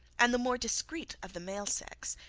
and the more discreet of the male sex,